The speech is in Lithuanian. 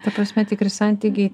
ta prasme tikri santykiai